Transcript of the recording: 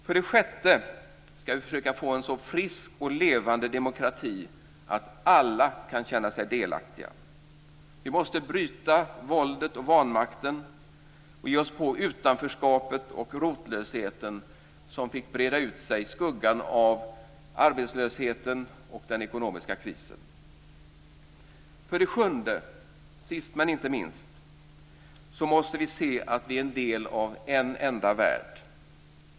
För det sjätte ska vi försöka att få en så frisk och levande demokrati att alla kan känna sig delaktiga. Vi måste bryta våldet och vanmakten och ge oss på utanförskapet och rotlösheten som fick breda ut sig i skuggan av arbetslösheten och den ekonomiska krisen. För det sjunde måste vi se att vi är en del av en enda värld.